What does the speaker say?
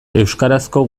euskarazko